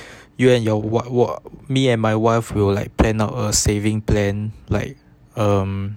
you and your wi~ me and my wife will like plan out a saving plan like um